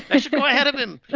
i should go ahead of him!